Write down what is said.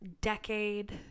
decade